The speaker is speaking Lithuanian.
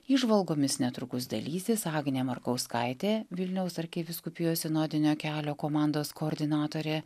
įžvalgomis netrukus dalysis agnė markauskaitė vilniaus arkivyskupijos sinodinio kelio komandos koordinatorė